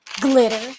glitter